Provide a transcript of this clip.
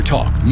Talk